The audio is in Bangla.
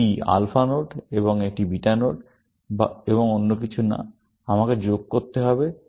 এটি আলফা নোড এবং এটি বিটা নোড এবং অন্য কিছু নয় আমাকে করতে হবে